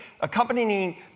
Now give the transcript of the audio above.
accompanying